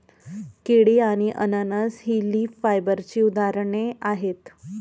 केळी आणि अननस ही लीफ फायबरची उदाहरणे आहेत